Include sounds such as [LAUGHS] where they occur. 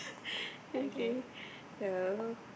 [LAUGHS] okay so